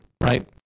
right